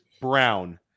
Brown